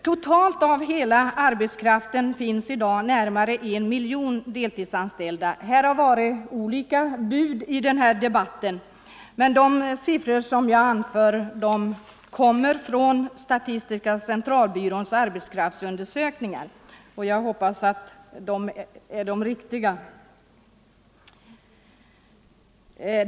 Totalt av hela arbetskraften finns i dag närmare 1 miljon deltidsanställda. Det har förekommit olika bud i den här debatten, men de siffror som jag anför kommer från statistiska centralbyråns arbetskraftsundersökningar, och jag hoppas att de är de riktiga.